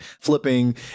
flipping